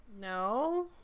No